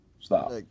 Stop